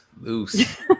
loose